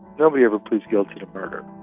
nobody ever pleads guilty to murder.